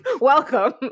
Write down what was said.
welcome